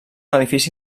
edifici